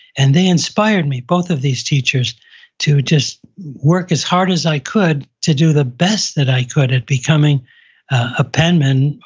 and they inspired me, both of these teachers to just work as hard as i could to do the best that i could at becoming a penman,